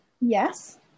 yes